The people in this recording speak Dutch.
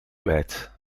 kwijt